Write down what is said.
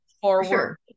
forward